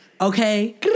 Okay